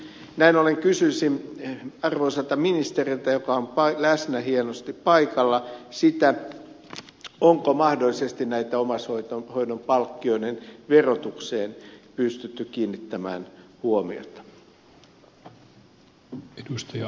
näin ollen kysyisin arvoisalta ministeriltä joka on läsnä hienosti paikalla sitä onko mahdollisesti omaishoidon palkkioiden verotukseen pystytty kiinnittämään huomiota